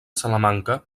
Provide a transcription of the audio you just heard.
salamanca